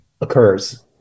occurs